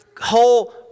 whole